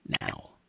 now